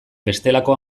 bestelako